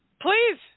Please